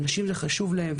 אנשים, זה חשוב להם.